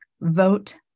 vote